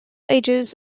ages